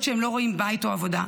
למרות שהם לא רואים בית או עבודה,